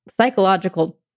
psychological